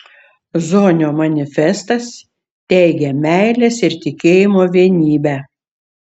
zonio manifestas teigia meilės ir tikėjimo vienybę